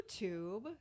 YouTube